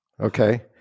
Okay